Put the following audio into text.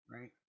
right